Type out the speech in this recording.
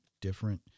different